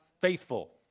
faithful